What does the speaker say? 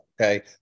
okay